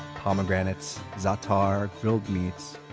pomegranates, za'atar, grilled meats.